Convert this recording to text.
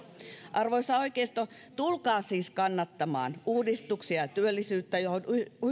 arvoisa oikeisto tulkaa siis kannattamaan uudistuksia ja työllisyyttä johon